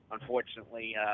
unfortunately